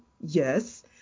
Yes